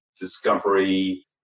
discovery